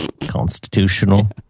constitutional